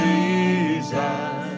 Jesus